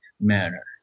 manner